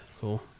Cool